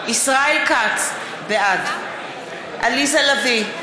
כץ, בעד עליזה לביא,